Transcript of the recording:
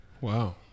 Wow